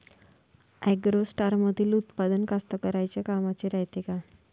ॲग्रोस्टारमंदील उत्पादन कास्तकाराइच्या कामाचे रायते का?